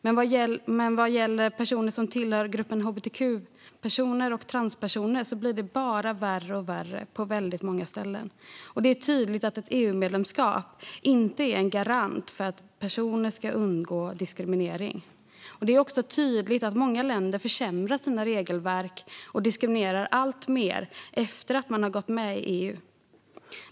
Men vad gäller personer som tillhör gruppen hbtq och transpersoner blir det bara värre och värre på väldigt många ställen. Det är tydligt att ett EU-medlemskap inte är en garant för att personer ska undgå diskriminering. Det är också tydligt att många länder försämrar sina regelverk och diskriminerar allt mer efter att man har gått med i EU.